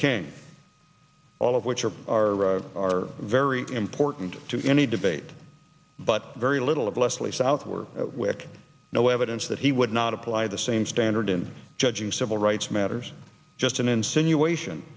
king all of which are are are very important to any debate but very little of leslie southward wick no evidence that he would not apply the same standard in judging civil rights matters just an insinuation